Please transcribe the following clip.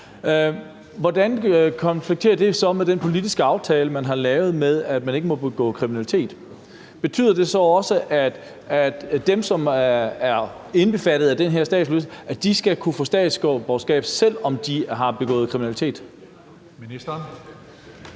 Hvordan stemmer det så med den politiske aftale, man har lavet, med, at man ikke må begå kriminalitet? Betyder det så også, at dem, som er indbefattet af den her statsløsekonvention, skal kunne få statsborgerskab, selv om de har begået kriminalitet? Kl.